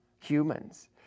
humans